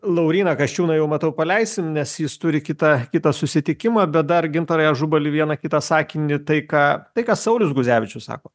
lauryną kasčiūną jau matau paleisim nes jis turi kitą kitą susitikimą bet dar gintarai ažubali vieną kitą sakinį tai ką tai ką saulius guzevičius sako